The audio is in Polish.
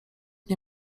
nie